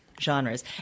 genres